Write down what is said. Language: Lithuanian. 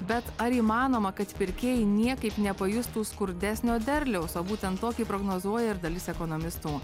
bet ar įmanoma kad pirkėjai niekaip nepajustų skurdesnio derliaus o būtent tokį prognozuoja ir dalis ekonomistų